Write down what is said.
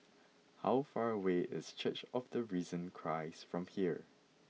how far away is Church of the Risen Christ from here